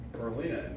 Berlin